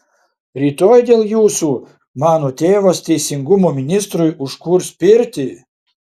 rytoj dėl jūsų mano tėvas teisingumo ministrui užkurs pirtį